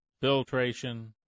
filtration